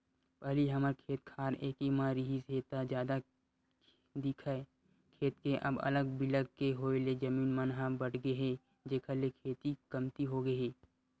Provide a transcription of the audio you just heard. पहिली हमर खेत खार एके म रिहिस हे ता जादा दिखय खेत के अब अलग बिलग के होय ले जमीन मन ह बटगे हे जेखर ले खेती कमती होगे हे